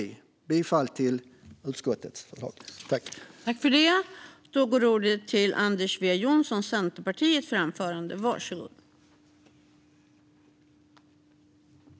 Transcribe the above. Jag yrkar bifall till utskottets förslag.